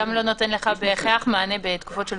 זה גם לא נותן לך בהכרח מענה בתקופות של פגרה.